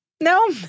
No